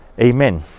Amen